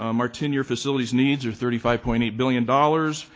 um our ten-year facilities needs are thirty five point eight billion dollars,